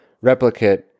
replicate